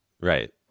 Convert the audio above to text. Right